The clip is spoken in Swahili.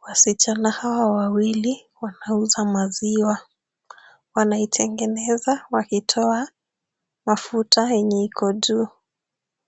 Wasichana hawa wawili wanauza maziwa. Wanaitengeneza wakitoa mafuta yenye iko juu.